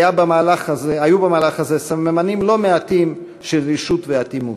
היו במהלך הזה סממנים לא מעטים של רשעות ואטימות.